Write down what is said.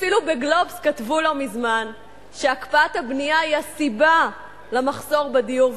אפילו ב"גלובס" כתבו לא מזמן שהקפאת הבנייה היא הסיבה למחסור בדיור,